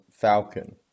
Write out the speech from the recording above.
Falcon